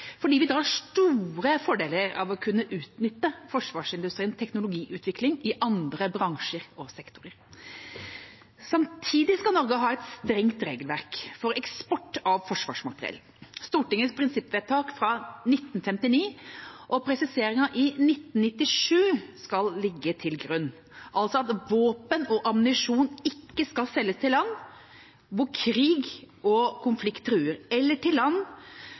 fordi vi drar store fordeler av å kunne utnytte forsvarsindustriens teknologiutvikling i andre bransjer og sektorer. Samtidig skal Norge ha et strengt regelverk for eksport av forsvarsmateriell. Stortingets prinsippvedtak fra 1959 og presiseringen i 1997 skal ligge til grunn, altså at våpen og ammunisjon ikke skal selges til land hvor krig og konflikt truer, eller til land